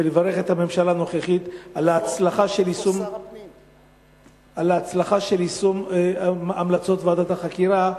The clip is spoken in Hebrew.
ולברך את הממשלה הנוכחית על ההצלחה של יישום המלצות ועדת החקירה,